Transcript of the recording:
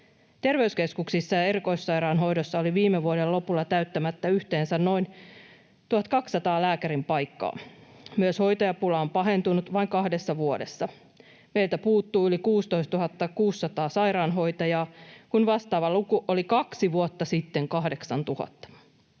Terveyskeskuksissa ja erikoissairaanhoidossa oli viime vuoden lopulla täyttämättä yhteensä noin 1 200 lääkärin paikkaa. Myös hoitajapula on pahentunut vain kahdessa vuodessa. Meiltä puuttuu yli 16 600 sairaanhoitajaa, kun vastaava luku oli kaksi vuotta sitten 8 000.